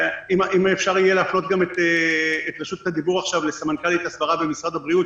אם אפשר יהיה להפנות גם את רשות הדיבור לסמנכ"לית הסברה במשרד הבריאות,